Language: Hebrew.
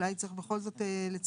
אולי צריך בכל זאת לציין?